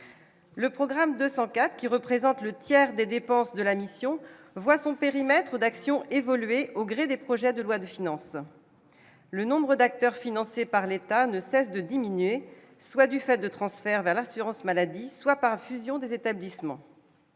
le programme de 104 qui représentent le tiers des dépenses de la mission voit son périmètre d'action évoluer au gré des projets de loi de finances, le nombre d'acteurs, financé par l'État ne cesse de diminuer, soit du fait de transfert vers l'assurance-maladie, soit par fusion des établissements